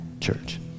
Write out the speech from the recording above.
church